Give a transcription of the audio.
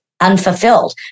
unfulfilled